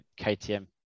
KTM